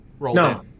no